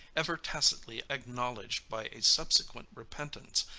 ever tacitly acknowledged by a subsequent repentance,